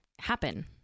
happen